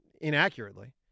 inaccurately